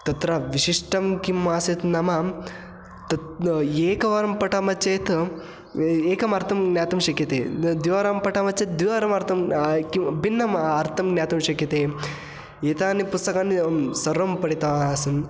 तत्र विशिष्टं किम् आसीत् नाम तत् एकवारं पठामः चेत् एकम् अर्थं ज्ञातुं शक्यते द्विवारं पठामः चेत् द्विवारम् अर्थं किं भिन्नम् अर्थं ज्ञातुं शक्यते एतानि पुस्तकानि सर्वं पठितवान् आसन्